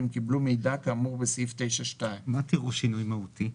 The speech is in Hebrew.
אם קיבלו מידע כאמור בסעיף 9(2)." מה הוא "שינוי מהותי"?